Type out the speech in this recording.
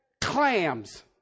clams